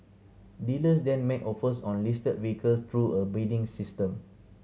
dealers then make offers on listed vehicles through a bidding system